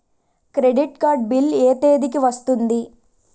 Credit card bill ఎ తేదీ కి వస్తుంది?